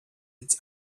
its